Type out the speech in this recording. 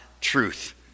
truth